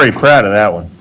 ah proud of that